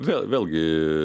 vėl vėlgi